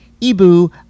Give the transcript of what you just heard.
Ibu